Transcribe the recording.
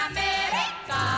America